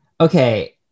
okay